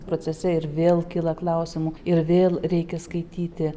procese ir vėl kyla klausimų ir vėl reikia skaityti